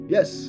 Yes